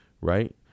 Right